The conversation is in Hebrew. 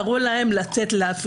הם מפגינים כי קראו להם לצאת להפגין.